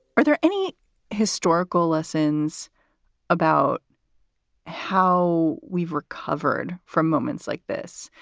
are there any historical lessons about how we've recovered from moments like this?